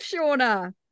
Shauna